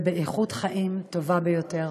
ובאיכות חיים טובה ביותר.